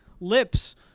lips